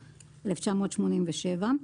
1987,